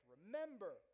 Remember